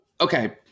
okay